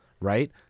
right